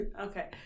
Okay